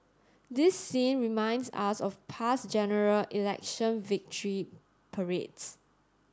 this scene reminds us of past General Election victory parades